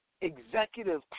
executive